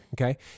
Okay